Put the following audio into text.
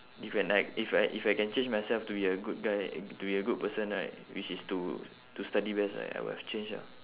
if can like if I if I can change myself to be a good guy to be a good person right which is to to study best right I would have change ah